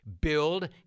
build